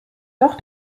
doch